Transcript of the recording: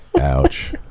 Ouch